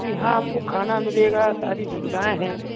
तो यहाँ आपको खाना मिलेगा सारी सुविधाएँ हैं